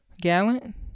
Gallant